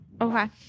Okay